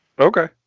Okay